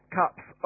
cups